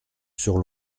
sur